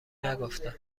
نگفتم